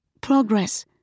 progress